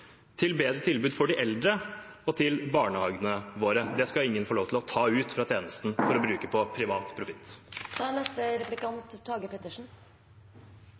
til bedre tilbud for de eldre og til barnehagene våre. Det skal ingen få lov til å ta ut fra tjenesten for å bruke på privat